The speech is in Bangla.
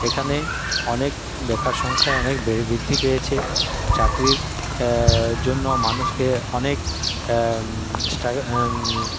এখানে অনেক বেকার সংখ্যায় অনেক বৃদ্ধি পেয়েছে চাকরির জন্য মানুষকে অনেক স্ট্রাগল